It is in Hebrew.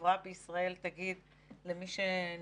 "התקופה הקובעת" כמשמעותה בתקנות העיטורים לחיילים,